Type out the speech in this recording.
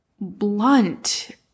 blunt